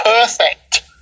perfect